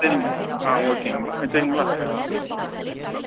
சரிங்க ஆ ஓகேங்க வச்சிடுறிங்களா ஆ